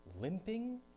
limping